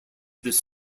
this